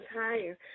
higher